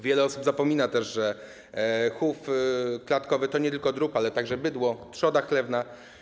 Wiele osób zapomina, że chów klatkowy to nie tylko drób, ale także bydło, trzoda chlewna.